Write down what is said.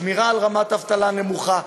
השמירה על רמת אבטלה נמוכה,